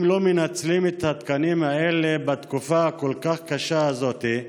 אם לא מנצלים את התקנים האלה בתקופה הכל-כך הקשה הזאת,